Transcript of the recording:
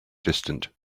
distant